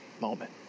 moment